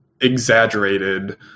exaggerated